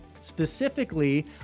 Specifically